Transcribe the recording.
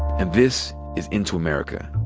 and this is into america.